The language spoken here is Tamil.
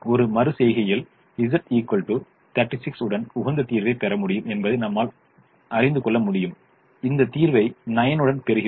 ஒரு மறு செய்கையில் z 36 உடன் உகந்த தீர்வைப் பெற முடியும் என்பதை நம்மால் முறிந்து கொள்ளமுடியும் இந்த தீர்வை 9 உடன் பெறுகிறோம்